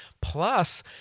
plus